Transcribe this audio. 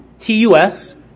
T-U-S